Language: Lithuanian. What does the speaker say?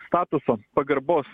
statuso pagarbos